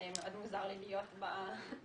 מאוד מוזר לי להיות בכנסת.